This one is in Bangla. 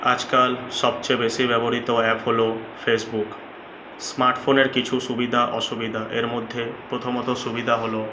আজকাল সবচেয়ে বেশি ব্যবহৃত অ্যাপ হলো ফেসবুক স্মার্টফোনের কিছু সুবিধা অসুবিধা এর মধ্যে প্রথমত সুবিধা হল